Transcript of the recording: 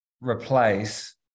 replace